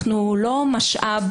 אנחנו לא משאב.